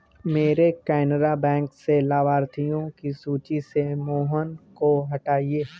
मेरे केनरा बैंक से लाभार्थियों की सूची से मोहन को हटाइए